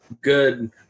good